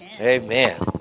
Amen